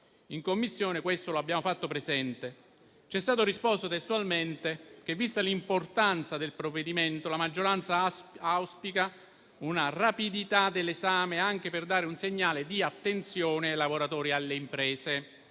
In Commissione questo lo abbiamo fatto presente e c'è stato risposto che vista l'importanza del provvedimento la maggioranza auspicava una rapidità dell'esame anche per dare un segnale di attenzione ai lavoratori e alle imprese.